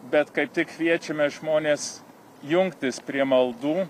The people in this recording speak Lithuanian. bet kaip tik kviečiame žmones jungtis prie maldų